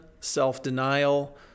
self-denial